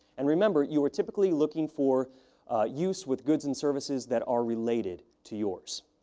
and, remember, you are typically looking for use with goods and services that are related to yours.